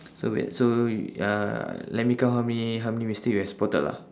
so wait so uh let me count how many how many mistake we have spotted lah